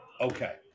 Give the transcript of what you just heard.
Okay